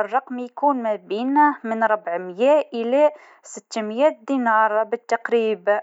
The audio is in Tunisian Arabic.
الصحة ويخلي الواحد يحس بالنشاط.